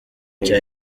cya